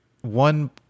one